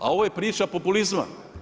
A ovo je priča populizma.